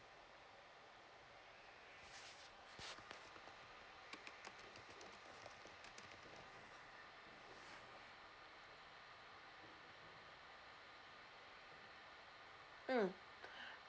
mm